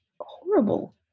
horrible